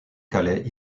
calais